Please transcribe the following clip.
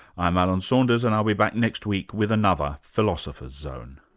i'm alan saunders, and i'll be back next week with another philosopher's zone